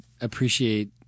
appreciate